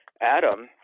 Adam